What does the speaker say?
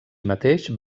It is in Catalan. mateix